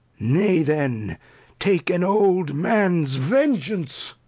nay, then take an old man's vengeance.